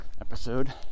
episode